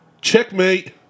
Checkmate